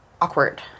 awkward